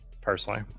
Personally